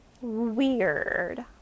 weird